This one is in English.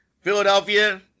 Philadelphia